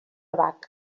bach